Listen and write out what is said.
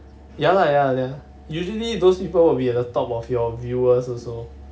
ya lah ya ya usually those people will be at the top of your viewers also